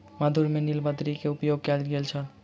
मधुर में नीलबदरी के उपयोग कयल गेल छल